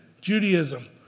Judaism